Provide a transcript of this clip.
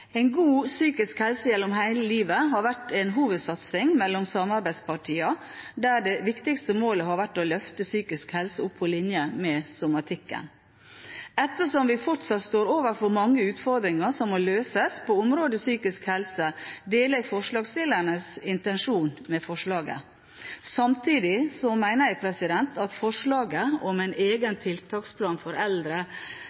En god psykisk helse gjennom hele livet har vært en hovedsatsing mellom samarbeidspartiene, der det viktigste målet har vært å løfte psykisk helse opp på linje med somatikken. Ettersom vi fortsatt står overfor mange utfordringer som må løses på området psykisk helse, deler jeg forslagsstillernes intensjon med forslaget. Samtidig mener jeg at forslaget om en egen